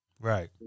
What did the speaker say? Right